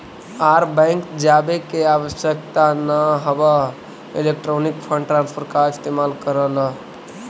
आर bank जावे के आवश्यकता न हवअ इलेक्ट्रॉनिक फंड ट्रांसफर का इस्तेमाल कर लअ